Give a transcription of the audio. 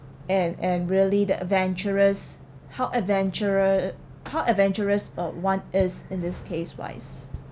and and really the adventurous how adventurer how adventurous uh one is in this case wise